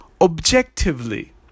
objectively